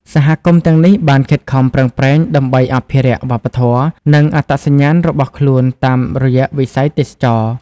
សហគមន៍ទាំងនេះបានខិតខំប្រឹងប្រែងដើម្បីអភិរក្ស វប្បធម៌ និងអត្តសញ្ញាណរបស់ខ្លួនតាមរយៈវិស័យទេសចរណ៍។